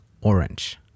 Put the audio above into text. orange